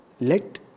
let